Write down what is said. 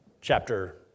chapter